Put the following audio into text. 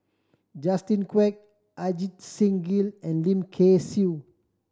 Justin Quek Ajit Singh Gill and Lim Kay Siu